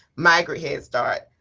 migrant head start,